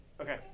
Okay